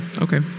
Okay